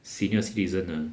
senior citizen ah